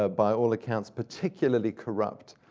ah by all accounts, particularly corrupt,